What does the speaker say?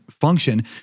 function